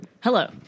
Hello